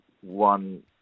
one